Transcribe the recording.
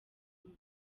umwe